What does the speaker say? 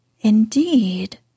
indeed